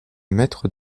maître